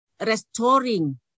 restoring